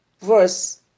verse